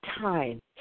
time